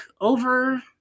over